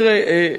תראה,